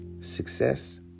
Success